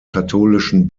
katholischen